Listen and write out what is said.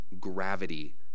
gravity